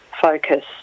focus